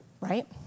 right